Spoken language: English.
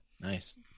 nice